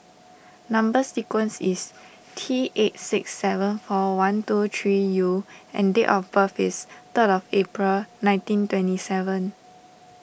Number Sequence is T eight six seven four one two three U and date of birth is third of April nineteen twenty seven